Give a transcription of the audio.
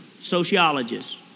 sociologists